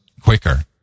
quicker